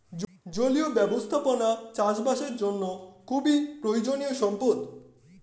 জলীয় ব্যবস্থাপনা চাষবাসের জন্য খুবই প্রয়োজনীয় সম্পদ